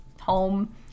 home